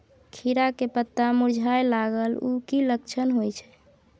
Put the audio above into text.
खीरा के पत्ता मुरझाय लागल उ कि लक्षण होय छै?